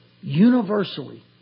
universally